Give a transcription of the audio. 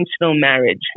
marriage